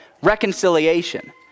reconciliation